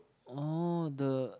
oh the